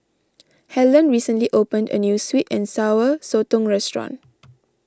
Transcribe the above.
Hellen recently opened a New Sweet and Sour Sotong Restaurant